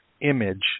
image